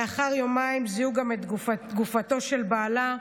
לאחר יומיים זיהו גם את גופתו של בעלה,